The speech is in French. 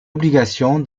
obligation